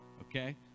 Okay